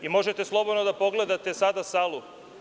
Možete slobodno da pogledate sada salu.